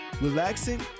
relaxing